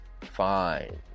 fine